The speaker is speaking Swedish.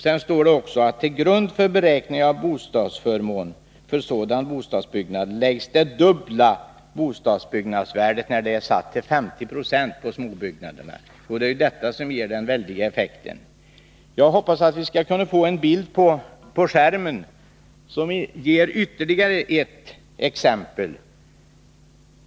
Det står också att till grund för beräkning av bostadsförmån för sådan mindre bostadsbyggnad läggs det dubbla bostadsbyggnadsvärdet Det är detta som ger de här orimliga effekterna. Jag vill med en bild på kammarens bildskärm visa ytterligare ett exempel.